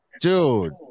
Dude